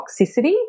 toxicity